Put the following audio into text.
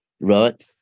right